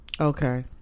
Okay